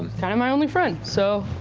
kind of my only friend, so,